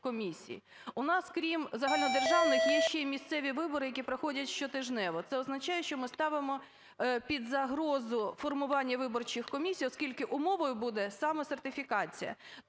У нас крім загальнодержавних є ще місцеві вибори, які проходять щотижнево. Це означає, що ми ставимо під загрозу формування виборчих комісій, оскільки умовою буде саме сертифікація.